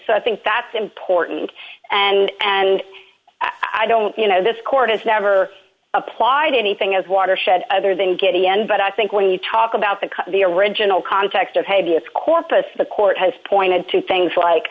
corpus i think that's important and i don't you know this court has never applied anything as watershed other than getting and but i think when you talk about the the original context of habeas corpus the court has pointed to things like